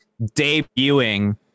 debuting